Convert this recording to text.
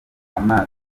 amaso